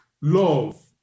love